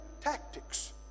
tactics